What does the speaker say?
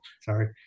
sorry